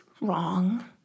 Wrong